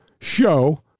show